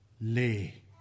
lay